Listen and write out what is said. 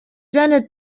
janet